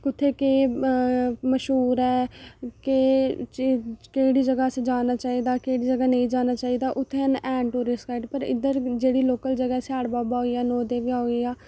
कुत्थै केह् हा् मश्हूर ऐ केह् केहड़ी जगह असें जाना चाहिदा केहड़ी जगह नेईं जाना चाहिदा उत्थै हैन टूरिस्ट गाइड़ इधर बिलकुल जेहड़ी लोकल जगह ऐ सिहाड़ बाबा होई गेआ नो देवियां होई गेआ